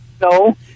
No